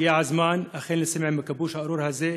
הגיע הזמן לסיים עם הכיבוש הארור הזה.